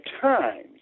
times